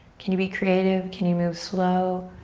can you be creative, can you move slow,